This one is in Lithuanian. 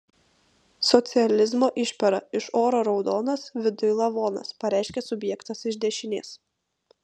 socializmo išpera iš oro raudonas viduj lavonas pareiškė subjektas iš dešinės